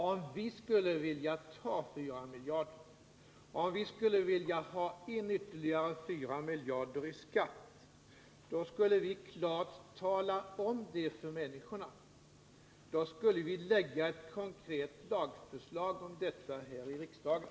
Om vi skulle vilja ta 4 miljarder, dvs. om vi skulle vilja ha in ytterligare 4 miljarder i skatt, då skulle vi klart tala om det för människorna, och då skulle vi också lägga fram ett konkret lagförslag om detta här i riksdagen.